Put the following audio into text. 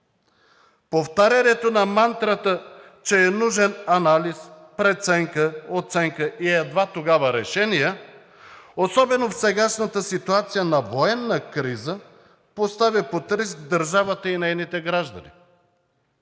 Повтарянето на мантрата, че е нужен анализ, преценка, оценка и едва тогава решения, особено в сегашната ситуация на военна криза, постави под риск държавата и нейните граждани.